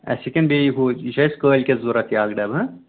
اَسہِ چھِ کیٚنہہ بیٚیہِ ہُہ یہِ چھُ اَسہِ کٲلۍکٮ۪تھ ضوٚرتھ یہِ اَکھ ڈَبہٕ ہہ